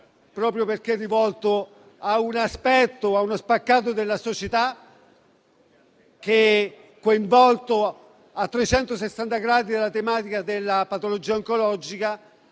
proprio perché rivolta a un aspetto e a uno spaccato della società che sono coinvolti a 360 gradi nella tematica della patologia oncologica